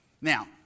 Now